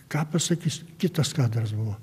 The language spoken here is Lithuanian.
ką pasakys kitas kadras buvo